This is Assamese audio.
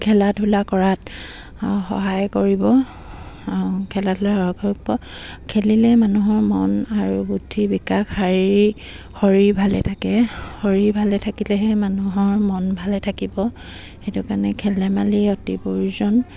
খেলা ধূলা কৰাত সহায় কৰিব খেলা ধূলাত সহায় কৰিব খেলিলে মানুহৰ মন আৰু বুদ্ধিৰ বিকাশ শাৰীৰিক শৰীৰ ভালে থাকে শৰীৰ ভালে থাকিলেহে মানুহৰ মন ভালে থাকিব সেইটো কাৰণে খেল ধেমালি অতি প্ৰয়োজন